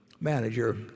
manager